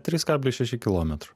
trys kablis šeši kilometro